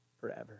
forever